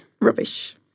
Rubbish